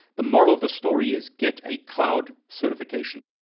the moral of the story is get a cloud certification.